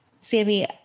Sammy